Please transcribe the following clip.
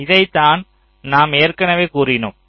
இதைத்தான் நாம் ஏற்கனவே கூறினோம்